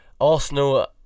Arsenal